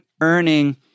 earning